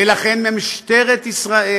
ולכן משטרת ישראל,